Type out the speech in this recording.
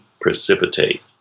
precipitate